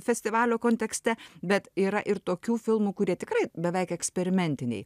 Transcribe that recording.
festivalio kontekste bet yra ir tokių filmų kurie tikrai beveik eksperimentiniai